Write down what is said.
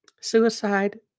suicide